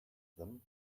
them